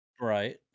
Right